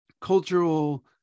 cultural